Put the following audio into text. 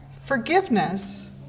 Forgiveness